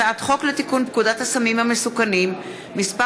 הצעת חוק לתיקון פקודת הסמים המסוכנים (מס'